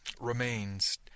Remains